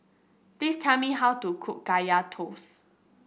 please tell me how to cook Kaya Toast